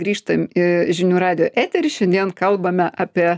grįžtam į žinių radijo eterį šiandien kalbame apie